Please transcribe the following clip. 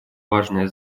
важное